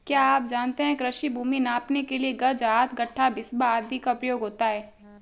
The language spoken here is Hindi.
क्या आप जानते है कृषि भूमि नापने के लिए गज, हाथ, गट्ठा, बिस्बा आदि का प्रयोग होता है?